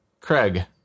Craig